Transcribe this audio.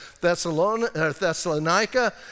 Thessalonica